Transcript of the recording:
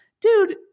dude